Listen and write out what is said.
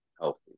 healthy